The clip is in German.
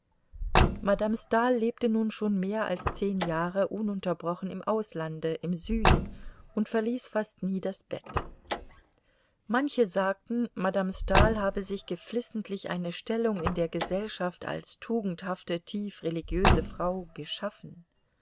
madame stahl lebte nun schon mehr als zehn jahre ununterbrochen im auslande im süden und verließ fast nie das bett manche sagten madame stahl habe sich geflissentlich eine stellung in der gesellschaft als tugendhafte tief religiöse frau geschaffen